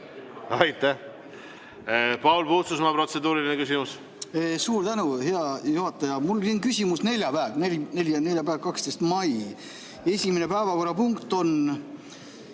Aitäh! Paul Puustusmaa, protseduuriline küsimus.